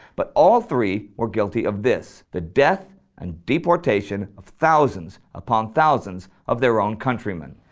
but all three were guilty of this, the death and deportation of thousands upon thousands of their own countrymen.